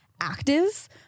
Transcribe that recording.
active